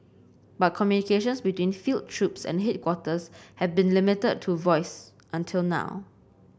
but communications between field troops and headquarters have been limited to voice until now